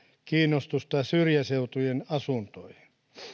kiinnostusta syrjäseutujen asuntoihin